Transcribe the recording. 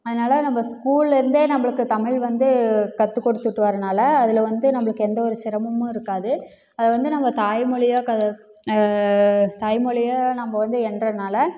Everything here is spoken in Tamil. அதனால நம்ம ஸ்கூல்லேருந்தே நம்மளுக்கு தமிழ் வந்து கற்றுக்கொடுத்துட்டு வரதுனால அதில் வந்து நம்மளுக்கு எந்த ஒரு சிரமமும் இருக்காது அதை வந்து நம்ம தாய் மொழியா க தாய் மொழியா நம்ம வந்து என்றதனால